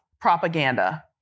propaganda